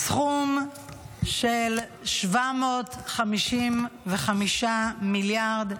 סכום של 755 מיליארד,